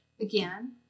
Again